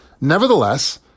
Nevertheless